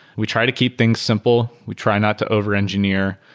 we try to keep things simple. we try not to over-engineer.